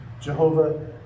Jehovah